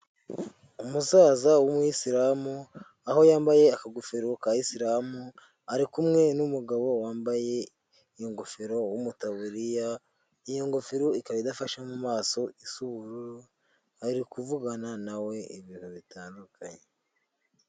Umusaza w'umuwisilamu aho yambaye akagofero ka isilamu ari kumwe n'umugabo wambaye ingofero w'umutaburiya iyo ngofero ikaba idafashe mu maso z'ubururu ari kuvugana nawe ibintu bitandukanye.